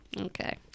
okay